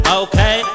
okay